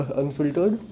unfiltered